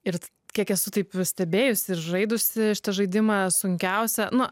ir kiek esu taip stebėjusi ir žaidusi šitą žaidimą sunkiausia na